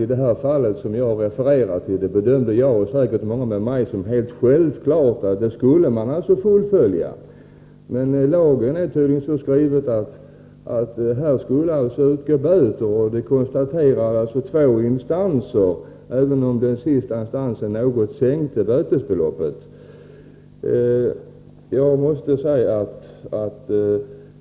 I det fall som jag refererat till bedömde jag och säkert många med mig som helt självklart att laga förfall förelåg, men som lagen är skriven skulle tydligen böter utgå — det konstaterade två instanser, även om den sista instansen sänkte bötesbeloppet något.